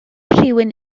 rhywun